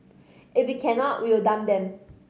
if we cannot we will dump them